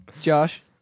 Josh